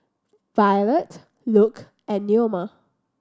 Violette Luke and Neoma